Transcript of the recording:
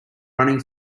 running